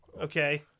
Okay